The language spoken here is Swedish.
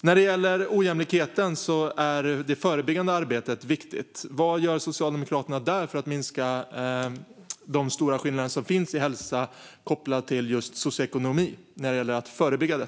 När det gäller ojämlikheten är det förebyggande arbetet viktigt. Vad gör Socialdemokraterna för att förebygga och minska de stora skillnader som finns i hälsa kopplat till just socioekonomiska faktorer?